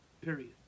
Period